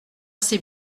ses